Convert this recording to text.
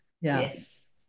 Yes